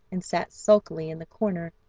and sat sulkily in the corner,